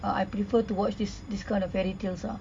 uh I I prefer to watch this this kind of fairy tales ah